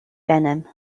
venom